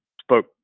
spoke